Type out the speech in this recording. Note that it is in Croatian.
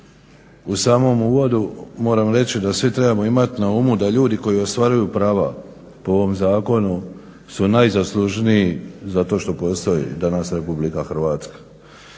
U samom uvodu moram reći da svi trebamo imat na umu da ljudi koji ostvaruju prava po ovom zakonu su najzaslužniji za to što postoji dana Republika Hrvatska.